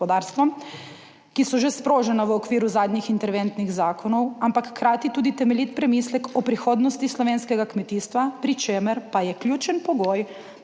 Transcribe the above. ki so že sprožena v okviru zadnjih interventnih zakonov, ampak hkrati tudi temeljit premislek o prihodnosti slovenskega kmetijstva, pri čemer pa je ključen pogoj,